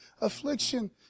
affliction